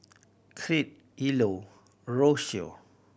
Crete Ilo Rocio